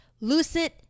lucid